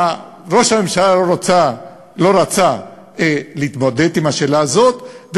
ראש הממשלה לא רצה להתמודד עם השאלה הזאת,